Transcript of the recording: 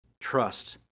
Trust